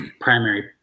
primary